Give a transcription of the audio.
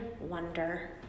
wonder